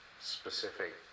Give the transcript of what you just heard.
specific